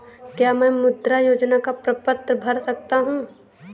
क्या मैं मुद्रा योजना का प्रपत्र भर सकता हूँ?